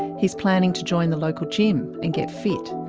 he's planning to join the local gym and get fit.